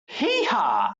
heehaw